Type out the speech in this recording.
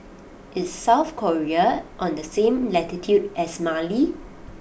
is South Korea on the same latitude as Mali